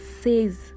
says